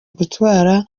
gutwara